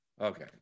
okay